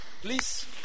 Please